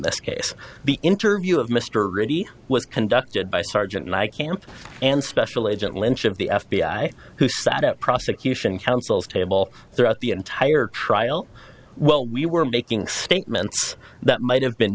this case the interview of mr reddy was conducted by sergeant mike camp and special agent lynch of the f b i who sat at prosecution counsel's table throughout the entire trial well we were making statements that might have been